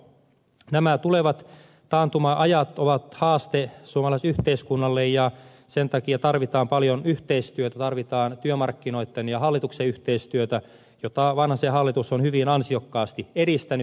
nämä tulevat taantuma ajat ovat haaste suomalaiselle yhteiskunnalle ja sen takia tarvitaan paljon yhteistyötä tarvitaan työmarkkinoitten ja hallituksen yhteistyötä jota vanhasen hallitus on hyvin ansiokkaasti edistänyt